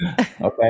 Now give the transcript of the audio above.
Okay